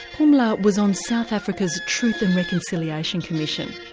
pumla was on south africa's truth and reconciliation commission.